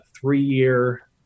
three-year